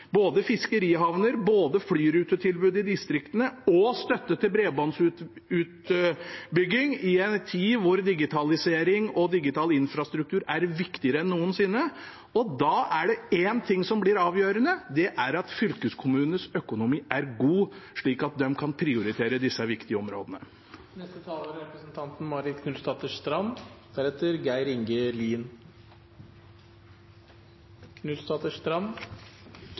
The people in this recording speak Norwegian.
både fiskerihavnene, flyrutetilbudet i distriktene og støtten til bredbåndsutbygging, i en tid da digitalisering og digital infrastruktur er viktigere enn noensinne. Da er det én ting som blir avgjørende. Det er at fylkeskommunenes økonomi er god, slik at de kan prioritere disse viktige områdene. Kommunene og fylkene er